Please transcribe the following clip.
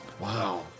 Wow